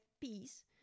peace